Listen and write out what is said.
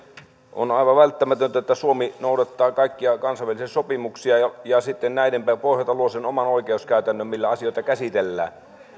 on aivan välttämätöntä että suomi noudattaa kaikkia kansainvälisiä sopimuksia ja ja sitten näiden pohjalta luo sen oman oikeuskäytännön millä asioita käsitellään